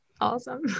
awesome